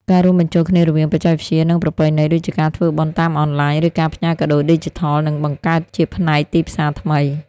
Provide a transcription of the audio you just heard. ការរួមបញ្ចូលគ្នារវាងបច្ចេកវិទ្យា និងប្រពៃណី ដូចជាការធ្វើបុណ្យតាមអនឡាញ ឬការផ្ញើកាដូឌីជីថល នឹងបង្កើតជាផ្នែកទីផ្សារថ្មី។